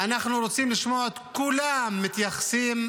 אנחנו רוצים לשמוע את כולם מתייחסים,